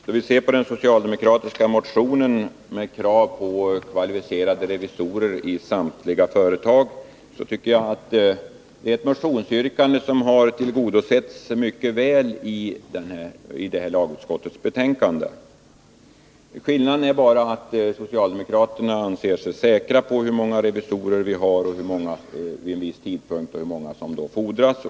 Herr talman! Det socialdemokratiska motionsyrkandet om kvalificerade revisorer i samtliga företag tycker jag har blivit mycket väl tillgodosett i lagutskottets betänkande. Skillnaden mellan utskottsmajoritetens förslag och socialdemokraternas är bara den att socialdemokraterna anser sig vara säkra på hur många revisorer som finns vid en viss tidpunkt och hur många som erfordras.